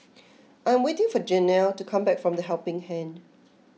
I am waiting for Janell to come back from the Helping Hand